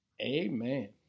Amen